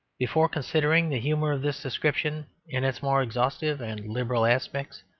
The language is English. before considering the humour of this description in its more exhaustive and liberal aspects,